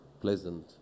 pleasant